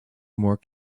more